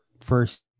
first